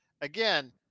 Again